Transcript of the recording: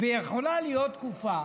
יכולה להיות תקופה